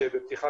שבפתיחת